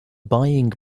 buying